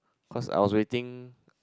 cause I was waiting